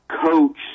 coach